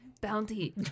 bounty